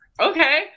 okay